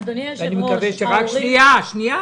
אבל היא הלכה ושקעה,